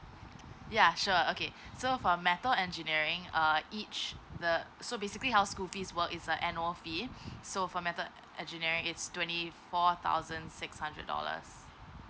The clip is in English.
ya sure okay so for method engineering err each the so basically how school fee's work is a annual fee so for method engineering it's twenty four thousand six hundred dollars